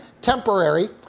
temporary